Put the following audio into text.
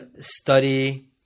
study